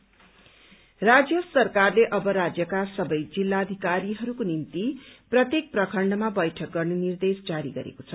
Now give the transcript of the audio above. block meeting राज्य सरकारले अब राज्यका सबै जिल्लाधिकारीहरूको निम्ति प्रत्येक प्रखण्डमा बैठक गर्ने निर्देश जारी गरेको छ